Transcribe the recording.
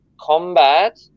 combat